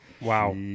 Wow